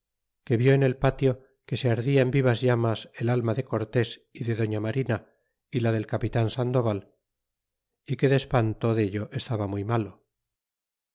que vil en el patio que se ardia en vivas llamas el alma de cortés y de doña marina e la del capitan sandoval a que de espanto dello estaba muy iralo